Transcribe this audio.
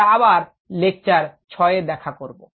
আমরা আবার লেকচার 6 এ দেখা করব